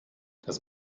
das